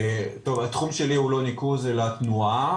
טוב, התחום שלי הוא לא ניקוז, אלא תנועה.